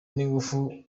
n’ingufu